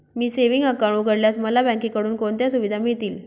मी savings account उघडल्यास मला बँकेकडून कोणत्या सुविधा मिळतील?